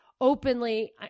openly